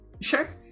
Sure